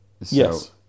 Yes